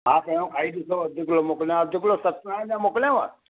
हा पहिरियों खाई ॾिसो अधि किलो मोकिलियांव थो अधि किलो सतनारायण जा मोकिलियांव